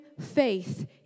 faith